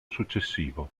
successivo